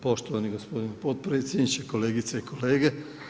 Poštivani gospodin potpredsjedniče, kolegice i kolege.